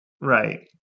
right